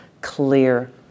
clear